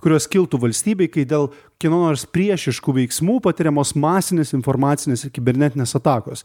kurios kiltų valstybei kai dėl kieno nors priešiškų veiksmų patiriamos masinės informacinės ir kibernetinės atakos